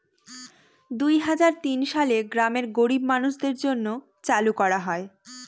দুই হাজার তিন সালে গ্রামের গরীব মানুষদের জন্য চালু করা হয়